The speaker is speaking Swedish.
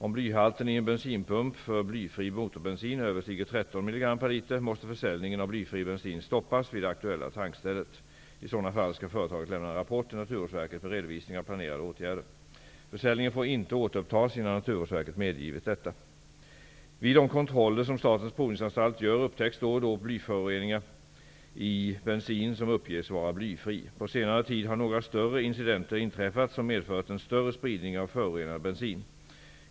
Om blyhalten i en bensinpump för blyfri motorbensin överstiger 13 mg per liter, måste försäljningen av blyfri bensin stoppas vid det aktuella tankstället. I sådana fall skall företaget lämna en rapport till Naturvårdsverket med redovisning av planerade åtgärder. Försäljningen får inte återupptas innan Naturvårdsverket medgivit detta. Vid de kontroller som Statens provningsanstalt gör upptäcks då och då blyföroreningar i bensin som uppges vara blyfri. På senare tid har några större incidenter inträffat som medfört en större spridning av förorenad bensin.